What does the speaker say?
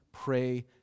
pray